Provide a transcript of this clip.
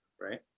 Right